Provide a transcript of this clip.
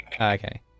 Okay